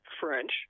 french